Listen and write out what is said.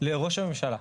לראש הממשלה,